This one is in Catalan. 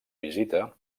visita